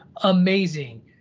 amazing